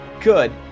Good